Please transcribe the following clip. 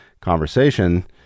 conversation